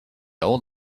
old